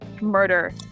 murder